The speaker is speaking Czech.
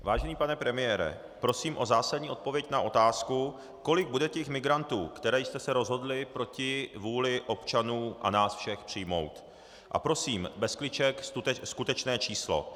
Vážený pane premiére, prosím o zásadní odpověď na otázku, kolik bude těch migrantů, které jste se rozhodli proti vůli občanů a nás všech přijmout, a prosím bez kliček, skutečné číslo.